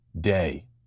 day